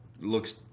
looks